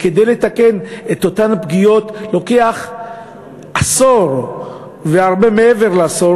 כדי לתקן את אותן פגיעות לוקח עשור והרבה מעבר לעשור,